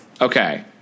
Okay